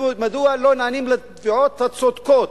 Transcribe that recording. מדוע לא נענים לתביעות הצודקת?